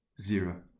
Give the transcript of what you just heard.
zero